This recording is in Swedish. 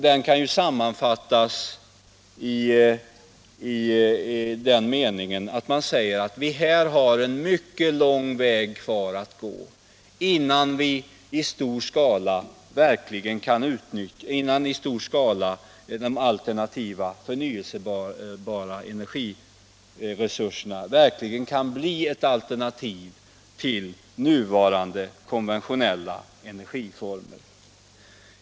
Den kan sammanfattas i att vi har en mycket lång väg kvar att gå innan de alternativa förnyelsebara energiresurserna verkligen i stor skala kan bli ett alternativ till nuvarande konventionella energiformer.